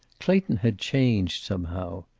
clayton had changed, somehow.